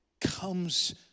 comes